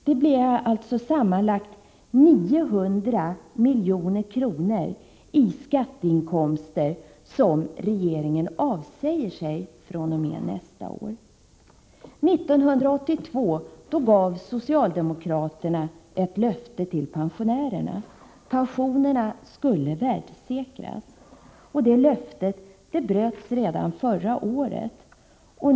Det blir sammanlagt 900 milj.kr. i skatteinkomster som regeringen avsäger sig fr.o.m. nästa år. 1982 gav socialdemokraterna ett löfte till pensionärerna. Pensionerna skulle värdesäkras. Det löftet bröts redan förra året.